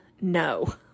no